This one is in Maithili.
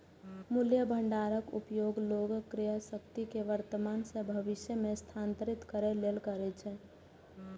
मूल्य भंडारक उपयोग लोग क्रयशक्ति कें वर्तमान सं भविष्य मे स्थानांतरित करै लेल करै छै